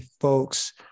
folks